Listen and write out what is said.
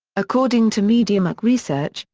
according to mediamark research,